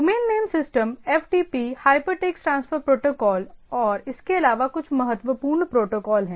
domain name system FTP hypertext protocol और इसके अलावा कुछ महत्वपूर्ण प्रोटोकॉल है